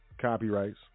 copyrights